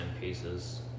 pieces –